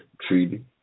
treaty